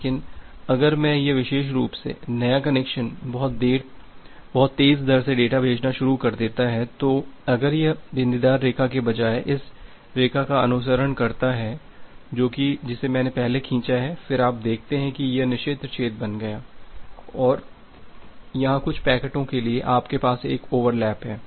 लेकिन अगर यह विशेष रूप से नया कनेक्शन बहुत तेज दर से डेटा भेजना शुरू कर देता है तो अगर यह बिंदीदार रेखा के बजाय इस रेखा का अनुसरण करता है जो कि जिसे मैंने पहले खींचा है फिर आप देखते हैं कि ये निषिद्ध क्षेत्र बन गया है और यहाँ कुछ पैकेटों के लिए आपके पास एक ओवरलैप है